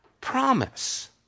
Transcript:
promise